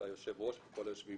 אנחנו יושבים